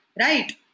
right